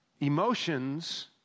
emotions